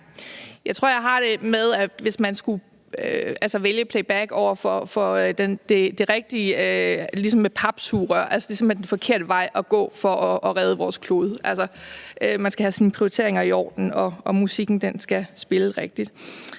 jeg har det med valget mellem playback og det rigtige ligesom med valget af papsugerør, altså det er simpelt hen den forkerte vej at gå for at redde vores klode. Man skal have sine prioriteringer i orden, og musikken skal spille rigtigt.